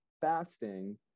fasting